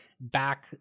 back